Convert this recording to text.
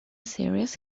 series